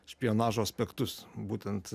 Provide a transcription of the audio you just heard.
špionažo aspektus būtent